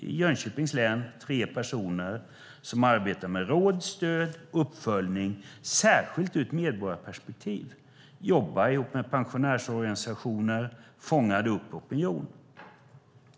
I Jönköpings län var det tre personer som arbetade med råd, stöd och uppföljning - särskilt ur ett medborgarperspektiv. De jobbade ihop med pensionärsorganisationer och fångade upp opinion.